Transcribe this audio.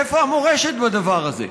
איפה המורשת בדבר הזה?